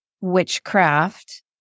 witchcraft